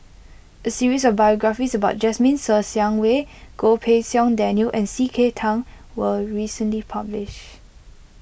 a series of biographies about Jasmine Ser Xiang Wei Goh Pei Siong Daniel and C K Tang was recently publish